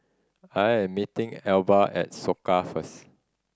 I am meeting Elba at Soka first